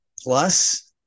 plus